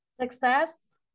Success